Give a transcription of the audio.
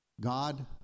God